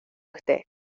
usted